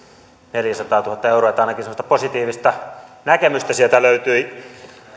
neljäsataatuhatta euroa että ainakin semmoista positiivista näkemystä sieltä löytyi